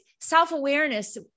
self-awareness